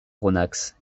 aronnax